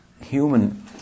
human